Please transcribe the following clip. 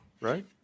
right